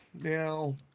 Now